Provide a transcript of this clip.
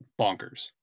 bonkers